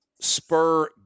Spur